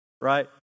right